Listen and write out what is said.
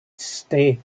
ste